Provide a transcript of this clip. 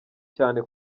cyane